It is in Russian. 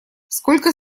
сколько